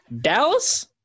Dallas